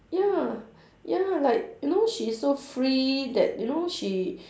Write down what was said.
ya ya like you know she so free that you know she